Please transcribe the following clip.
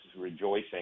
rejoicing